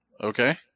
Okay